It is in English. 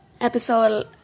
episode